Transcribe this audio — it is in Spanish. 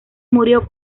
murió